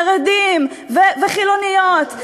חרדים וחילוניות,